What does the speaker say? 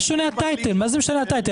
מה זה משנה התואר?